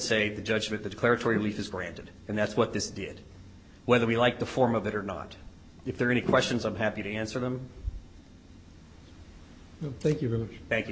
say the judge with the declaratory relief is granted and that's what this did whether we like the form of it or not if there are any questions i'm happy to answer them thank you thank you